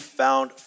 found